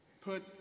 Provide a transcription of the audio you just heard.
put